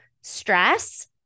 stress